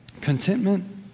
contentment